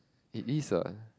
it is what